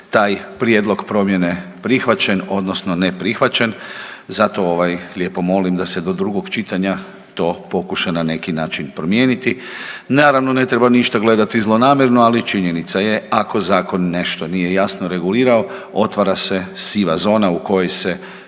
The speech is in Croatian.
taj prijedlog promjene prihvaćen odnosno neprihvaćen, zato ovaj, lijepo molim da se do drugog čitanja to pokuša na neki način promijeniti. Naravno, ne treba ništa gledati zlonamjerno, ali činjenica je, ako zakon nešto nije jasno regulirao, otvara se siva zona u kojoj se